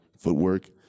footwork